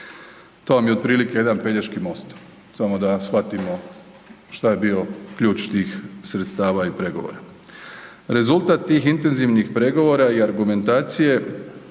to vam je otprilike jedan Pelješki most, samo da shvatimo šta je bio ključ tih sredstava i pregovora. Rezultat tih intenzivnih pregovora i argumentacije